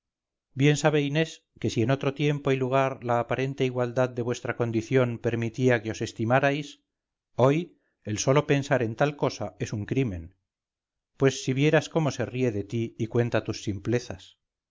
bien sabe inés que si en otro tiempo y lugar la aparente igualdad de vuestra condición permitía que os estimarais hoy el solo pensar en tal cosa es un crimen pues si vieras cómo se ríe de ti y cuenta tus simplezas